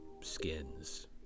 skins